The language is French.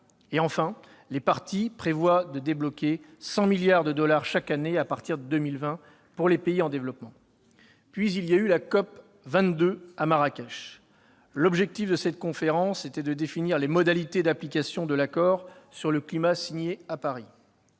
Enfin, les parties prévoient de débloquer 100 milliards de dollars chaque année à partir de 2020 pour les pays en développement. Puis, il y a eu la COP22 à Marrakech. L'objectif de cette conférence était de définir les modalités d'application de l'accord sur le climat signé à Paris.